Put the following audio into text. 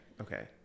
okay